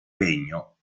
regno